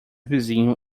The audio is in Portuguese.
vizinho